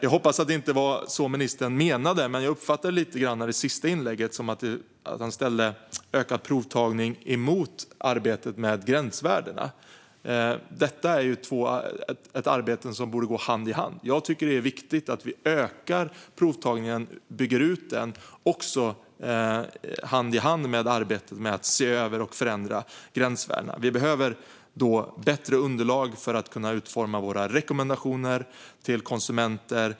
Jag hoppas att det inte var så ministern menade, men jag uppfattade ministerns senaste inlägg lite som att han ställde ökad provtagning emot arbetet med gränsvärdena. Detta är ju två saker som borde gå hand i hand. Jag tycker att det är viktigt att vi ökar och bygger ut provtagningen och att detta arbete går hand i hand med arbetet med att se över och förändra gränsvärdena. Vi behöver bättre underlag för att kunna utforma våra rekommendationer till konsumenter.